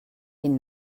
den